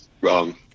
Wrong